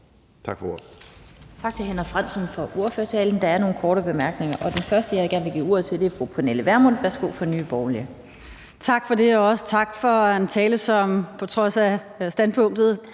Tak for ordet.